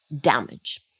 damage